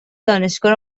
دانشگاه